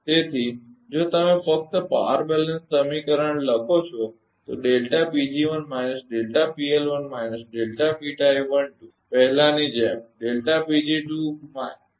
તેથી જો તમે ફક્ત પાવર બેલેન્સ સમીકરણ લખો છો તો છે પહેલાની જેમ આ